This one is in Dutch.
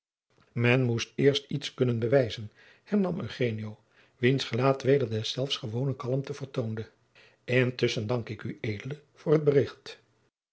men moest eerst iets kunnen bewijzen hernam eugenio wiens gelaat weder deszelfs gewone kalmte vertoonde intusschen dank ik ued voor t bericht